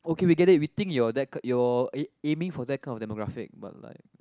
okay we get it we think your that kind your ai~ aiming for that kind of demographic but like